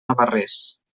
navarrés